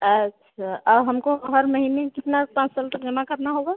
अच्छा और हमको हर महीने कितना पाँच साल तक जमा करना होगा